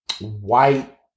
white